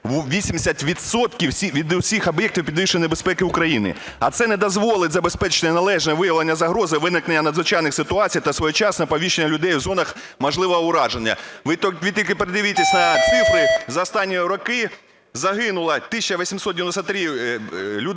Ви тільки подивіться на цифри. За останні роки загинуло 1893 людини,